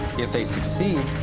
if they succeed,